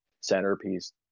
centerpiece